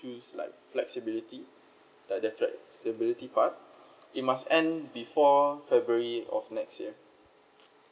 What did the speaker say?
choose like flexibility like the flexibility part it must end before february of next year